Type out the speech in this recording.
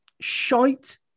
shite